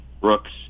Brooks